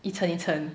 一层一层